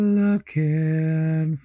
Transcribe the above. looking